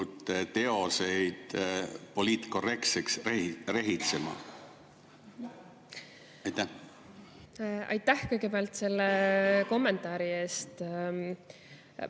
teoseid poliitkorrektseks rehitsema? Aitäh kõigepealt selle kommentaari eest!